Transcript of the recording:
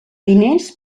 diners